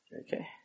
Okay